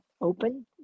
open